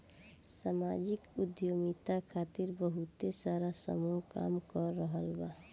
सामाजिक उद्यमिता खातिर बहुते सारा समूह काम कर रहल बा